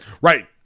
right